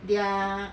their